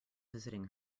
visiting